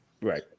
Right